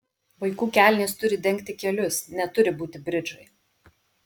vaikų kelnės turi dengti kelius neturi būti bridžai